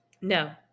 No